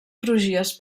crugies